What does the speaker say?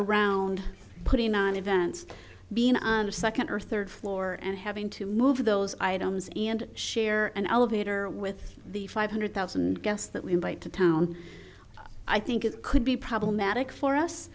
around putting on events being on the second or third floor and having to move those items in and share an elevator with the five hundred thousand guests that we invite to town i think it could be problematic for